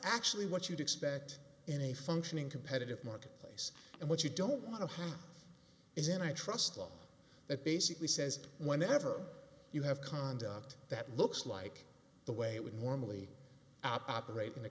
actually what you'd expect in a functioning competitive marketplace and what you don't want to have is an i trust law that basically says whenever you have conduct that looks like the way it would normally operat